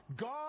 God